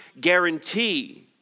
guarantee